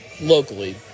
locally